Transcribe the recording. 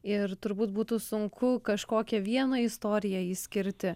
ir turbūt būtų sunku kažkokią vieną istoriją įskirti